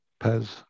Pez